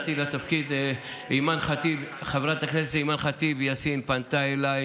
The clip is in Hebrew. כניסתי לתפקיד חברת הכנסת אימאן ח'טיב יאסין פנתה אליי,